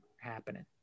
happening